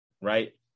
right